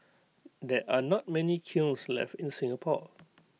there are not many kilns left in Singapore